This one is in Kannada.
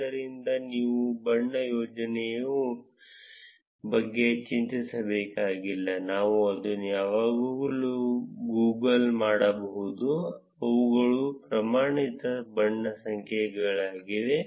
ಆದ್ದರಿಂದ ನೀವು ಬಣ್ಣ ಸಂಯೋಜನೆಯ ಬಗ್ಗೆ ಚಿಂತಿಸಬೇಕಾಗಿಲ್ಲ ನಾವು ಅದನ್ನು ಯಾವಾಗಲೂ Google ಮಾಡಬಹುದು ಇವುಗಳು ಪ್ರಮಾಣಿತ ಬಣ್ಣ ಸಂಕೇತಗಳಾಗಿವೆ